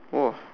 !wah!